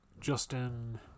Justin